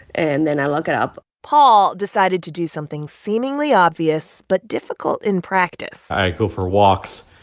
and then i lock it up paul decided to do something seemingly obvious but difficult in practice i go for walks.